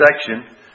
section